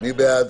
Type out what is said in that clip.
מי בעד?